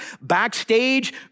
backstage